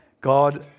God